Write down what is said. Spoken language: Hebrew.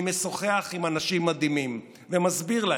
אני משוחח עם אנשים מדהימים ומסביר להם: